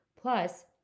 Plus